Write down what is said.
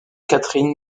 catherine